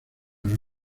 los